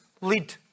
lead